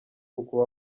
ukuba